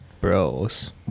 bros